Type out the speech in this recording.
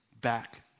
back